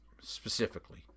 specifically